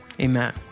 Amen